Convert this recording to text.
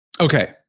okay